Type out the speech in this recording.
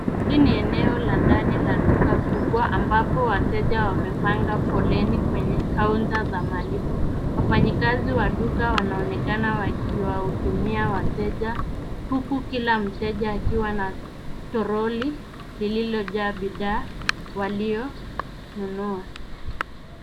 Hii ni eneo la ndani la duka kubwa amabapo wateja wamepanga foleni kwenye kaunta za malipo. Wafanyikazi wa duka wanaonekana wakiwahudumia wateja, huku kila mteja akiwa na toroli lililojaa bidhaa walionunua.